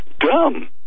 dumb